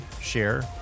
share